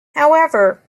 however